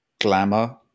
glamour